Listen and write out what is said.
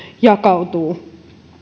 jakautuu